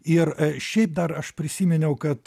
ir šiaip dar aš prisiminiau kad